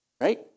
right